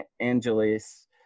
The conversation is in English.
Angelis